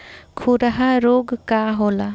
खुरहा रोग का होला?